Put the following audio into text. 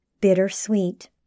bittersweet